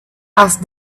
asked